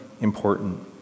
important